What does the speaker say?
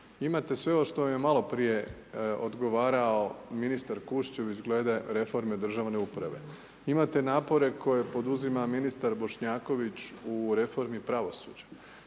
imate ovo što vam ne maloprije odgovarao ministar Kuščević glede reforme državne uprave. Imate napore koje poduzima ministar Bošnjaković u reformu pravosuđa.